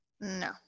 No